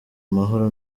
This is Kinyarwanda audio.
amahoro